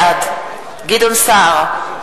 בעד גדעון סער,